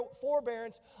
forbearance